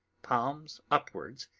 palms upwards,